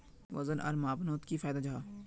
वजन आर मापनोत की फायदा जाहा?